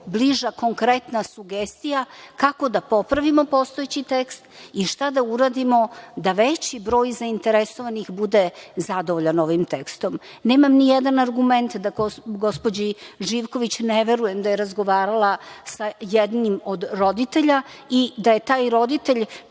bliža konkretna sugestija, kako da popravimo postojeći tekst i šta da uradimo da veći broj zainteresovanih bude zadovoljan ovim tekstom. Nemam ni jedan argument da gospođi Živković ne verujem da je razgovarala sa jednim od roditelja i da je taj roditelj